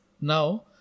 Now